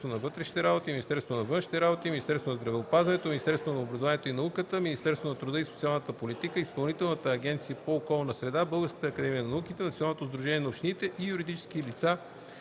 Министерството на вътрешните работи, Министерството на външните работи, Министерството на здравеопазването, Министерството на образованието и науката, Министерството на труда и социалната политика, Изпълнителната агенция по околна среда, Българската академия на науките, Националното сдружение на общините и юридически лица